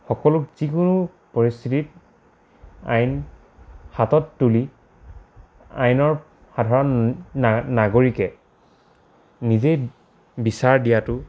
সকলো যিকোনো পৰিস্থিতিত আইন হাতত তুলি আইনৰ সাধাৰণ নাগৰিকে নিজেই বিচাৰ দিয়াটো